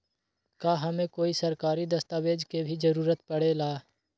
का हमे कोई सरकारी दस्तावेज के भी जरूरत परे ला?